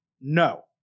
No